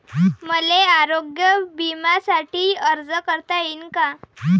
मले आरोग्य बिम्यासाठी अर्ज करता येईन का?